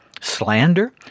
slander